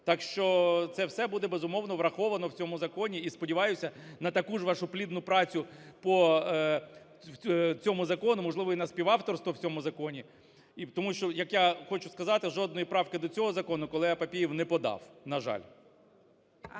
Так що це все буде безумовно враховано в цьому законі і сподіваюся на таку ж вашу плідну працю по цьому закону, можливо, і на співавторство в цьому законі, тому що, як я хочу сказати, жодної правки до цього закону колега Папієв не подав, на жаль.